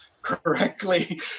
correctly